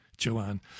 Joanne